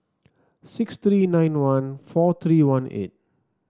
six three nine one four three one eight